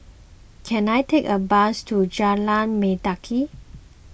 can I take a bus to Jalan Mendaki